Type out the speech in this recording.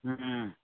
ꯎꯝ